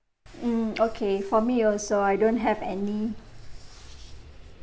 mm okay for me also I don't have any